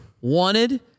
wanted